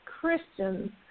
Christians